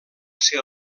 ser